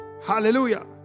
Hallelujah